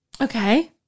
okay